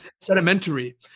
sedimentary